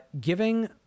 giving